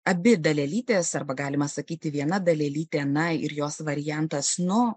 abi dalelytės arba galima sakyti viena dalelytė na ir jos variantas nu